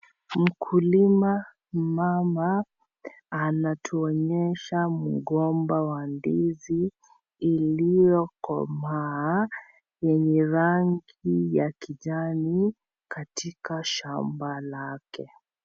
Mkulima mama anatuonyesha mgomba wa ndizi uliokomaa yenye rangi ya kijani katika shamba lake.